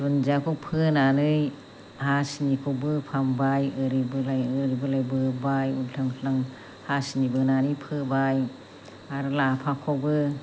दुन्दियाखौ फोनानै हासिनिखौ बोफ्रामबाय ओरै बोलाय ओरै बोलाय बोबाय उल्थां फाल्थां हासिनि बोनानै फोबाय आरो लाफाखौबो